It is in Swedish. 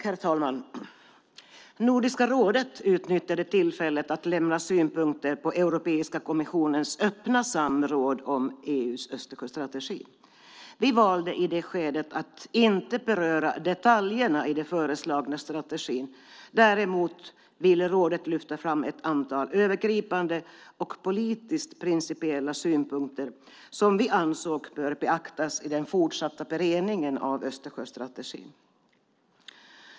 Herr talman! Nordiska rådet utnyttjade tillfället att lämna synpunkter på Europeiska kommissionens öppna samråd om EU:s Östersjöstrategi. Vi valde i det skedet att inte beröra detaljerna i den föreslagna strategin. Däremot ville rådet lyfta fram ett antal övergripande och politiskt principiella synpunkter som vi ansåg bör beaktas i den fortsatta beredningen av Östersjöstrategin.